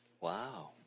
Wow